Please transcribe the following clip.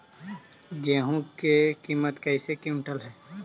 गेहू के किमत कैसे क्विंटल है?